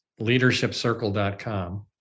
leadershipcircle.com